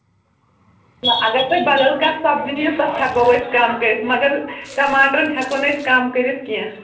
اَگر تُہۍ بدل کانٛہہ سَبزۍ نِیو تۄہہِ ہیٚکَو أسۍ کَم کٔرِتھ مَگر ٹَماٹرَن ہیٚکَو نہٕ أسۍ کَم کٔرِتھ کیٚنٛہہ